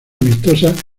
amistosas